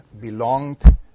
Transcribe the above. belonged